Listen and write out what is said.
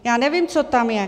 Já nevím, co tam je.